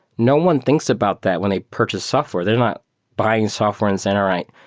no one thinks about that when they purchase software. they're not buying software and saying, all right,